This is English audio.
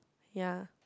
ya